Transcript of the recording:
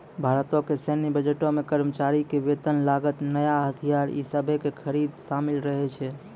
भारतो के सैन्य बजटो मे कर्मचारी के वेतन, लागत, नया हथियार इ सभे के खरीद शामिल रहै छै